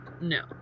No